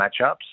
matchups